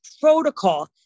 protocol